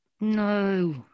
No